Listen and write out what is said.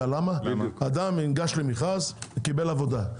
אדם ניגש למכרז, קיבל עבודה.